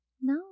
No